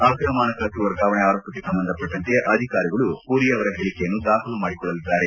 ಅಕ್ರಮ ಹಣಕಾಸು ವರ್ಗಾವಣೆ ಆರೋಪಕ್ಕೆ ಸಂಬಂಧಪಟ್ವಂತೆ ಅಧಿಕಾರಿಗಳು ಪುರಿ ಅವರ ಹೇಳಿಕೆಯನ್ನು ದಾಖಲು ಮಾಡಿಕೊಳ್ಳಲಿದ್ದಾರೆ